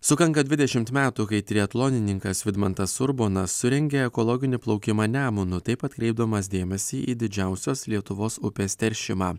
sukanka dvidešim metų kai triatlonininkas vidmantas urbonas surengė ekologinį plaukimą nemunu taip atkreipdamas dėmesį į didžiausios lietuvos upės teršimą